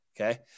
okay